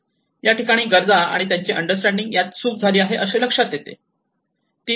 या ठिकाणी गरजा आणि त्यांचे अंडरस्टँडिंग यात चूक झाली आहे असे लक्षात येते